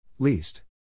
Least